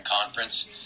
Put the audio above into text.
Conference